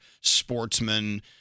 sportsman